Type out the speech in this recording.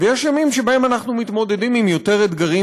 ויש ימים שבהם אנחנו מתמודדים עם יותר אתגרים,